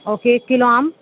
okay ایک kilo آم